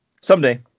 someday